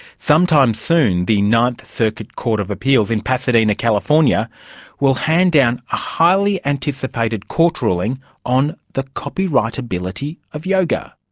sometime soon the ninth circuit court of appeals in pasadena california will hand down a highly anticipated court ruling on the copyright ability of yoga.